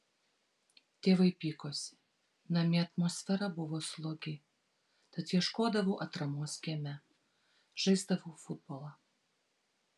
tėvai pykosi namie atmosfera buvo slogi tad ieškodavau atramos kieme žaisdavau futbolą